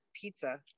pizza